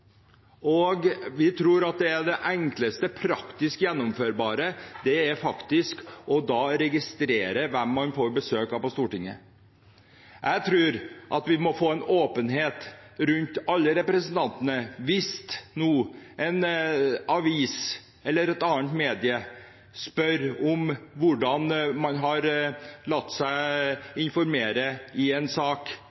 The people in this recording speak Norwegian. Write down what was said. og vi tror at det enkleste og mest praktisk gjennomførbare er å registrere hvem man får besøk av på Stortinget. Jeg tror vi må få åpenhet rundt alle representantene hvis en avis eller et annet medium spør hvordan man har latt seg